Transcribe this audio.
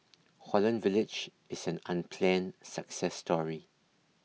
Holland Village is an unplanned success story